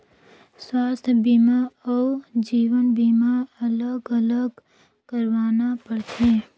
स्वास्थ बीमा अउ जीवन बीमा अलग अलग करवाना पड़थे?